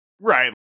right